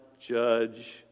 judge